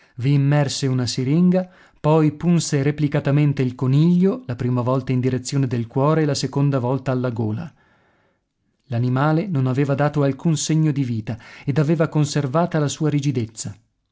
vi immerse una siringa poi punse replicatamente il coniglio la prima volta in direzione del cuore e la seconda volta alla gola l'animale non aveva dato alcun segno di vita ed aveva conservata la sua rigidezza